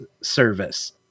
service